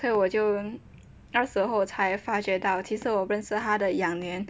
所以我就那时候才发觉到其实我认识他的两年